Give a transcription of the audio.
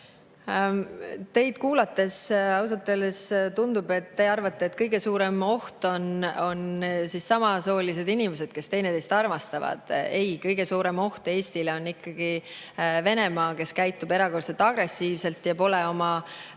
Teid kuulates ausalt öeldes tundub, et teie arvates on kõige suurem oht [Eestile] samasoolised inimesed, kes teineteist armastavad. Ei, kõige suurem oht Eestile on ikkagi Venemaa, kes käitub erakordselt agressiivselt ja pole oma